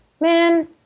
man